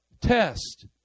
test